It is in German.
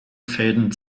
fäden